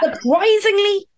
surprisingly